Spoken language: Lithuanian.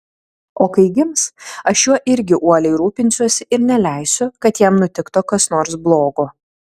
o kai gims aš juo irgi uoliai rūpinsiuosi ir neleisiu kad jam nutiktų kas nors blogo